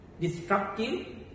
destructive